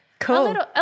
Cool